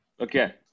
Okay